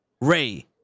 Ray